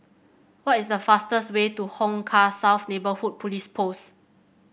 what is the fastest way to Hong Kah South Neighbourhood Police Post